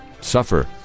Suffer